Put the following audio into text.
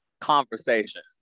conversation